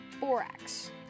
borax